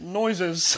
noises